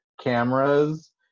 cameras